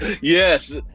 Yes